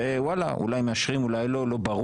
אולי מאשרים ואולי לא.